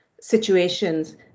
situations